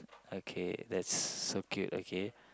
okay that's so cute okay